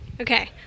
Okay